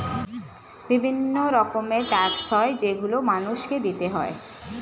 বিভিন্ন রকমের ট্যাক্স হয় যেগুলো মানুষকে দিতে হয়